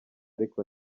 ariko